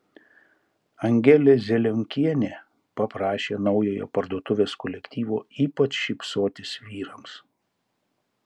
angelė zelionkienė paprašė naujojo parduotuvės kolektyvo ypač šypsotis vyrams